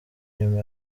nyuma